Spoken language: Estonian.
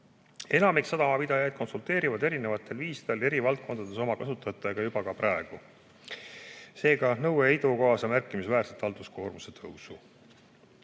Enamik sadamapidajaid konsulteerivad erinevatel viisidel eri valdkondades oma kasutajatega juba praegu, seega nõue ei too kaasa märkimisväärset halduskoormuse tõusu.